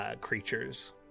creatures